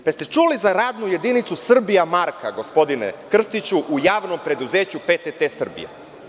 Da li ste čuli za radnu jedinicu „Srbija marka“, gospodine Krstiću, u Javnom preduzeću PTT Srbija?